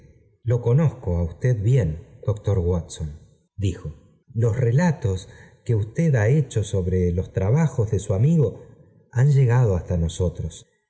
lo oonozoo á usted bien doctor watson dijo loe relatos que usted ha hecho sobre los trabajos de su amigo han llegado hasta nosotros